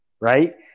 right